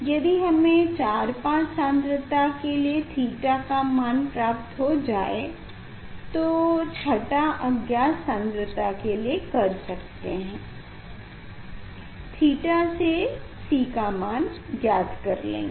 यदि हमे 4 5 सान्द्रता के लिए थीटा का मान प्राप्त हो जाए तो छठा अज्ञात सान्द्रता के लिए कर सकते है थीटा से C का मान ज्ञात कर लेंगे